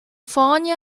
fáinne